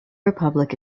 republic